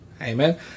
amen